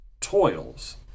toils